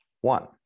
one